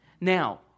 Now